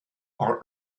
are